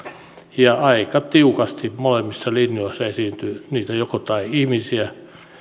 ja aika tiukasti molemmissa linjoissa esiintyy niitä joko tai ihmisiä siis